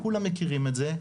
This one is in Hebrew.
כולם מכירים את זה.